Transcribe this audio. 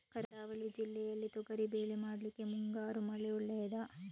ಕರಾವಳಿ ಜಿಲ್ಲೆಯಲ್ಲಿ ತೊಗರಿಬೇಳೆ ಮಾಡ್ಲಿಕ್ಕೆ ಮುಂಗಾರು ಮಳೆ ಒಳ್ಳೆಯದ?